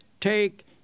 take